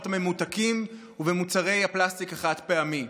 הממותקים ובמוצרי הפלסטיק החד-פעמי.